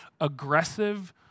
aggressive